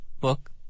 book